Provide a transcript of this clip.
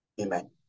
Amen